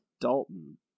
Dalton